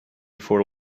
for